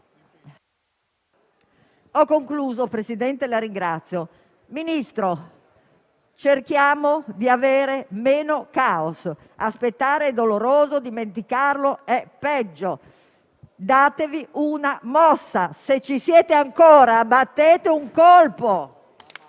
automaticamente).* Signor Ministro, cerchiamo di avere meno *caos*. Aspettare è doloroso, dimenticarlo è peggio. Datevi una mossa. Se ci siete ancora, battete un colpo.